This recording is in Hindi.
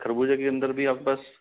खरबूजा के अंदर भी आपके पास